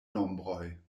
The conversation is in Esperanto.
nombroj